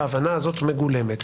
היא מגולמת.